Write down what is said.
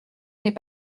n’est